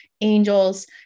angels